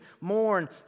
mourn